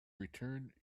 return